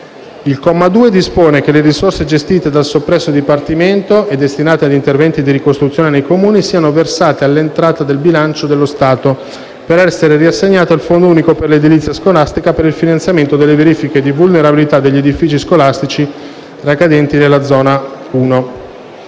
Il comma 2 dispone che le risorse gestite dal soppresso Dipartimento e destinate ad interventi di ricostruzione nei Comuni siano versate all'entrata del bilancio dello Stato per essere riassegnate al Fondo unico per l'edilizia scolastica per il finanziamento delle verifiche di vulnerabilità degli edifici scolastici ricadenti nella zona